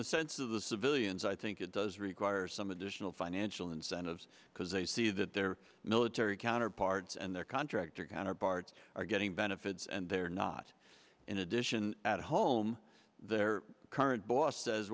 the sense of the civilians i think it does require some additional financial incentives because they see that their military counterparts and their contractor counterparts are getting benefits and they're not in addition at home their current boss says